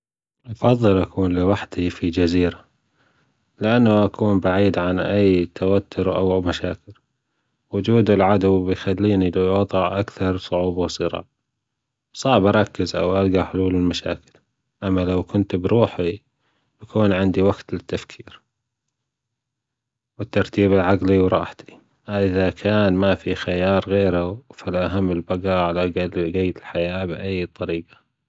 أفضل أكو ن لوحدى فى جزيرة لانة أكون بعيد عن أى توتر أو اى مشاكل وجود العدو بيخلينى بوضع أكثر صعوبة. صعب اركز أو الاجى حلول للمشاكل أما لو كنت بروحي بيكون عندى وقت للتفكير والترتيب العجلى وراحتى هذه كان ما فى خيار غيرة فالأهم البجا على جية الحياة يأى طريقة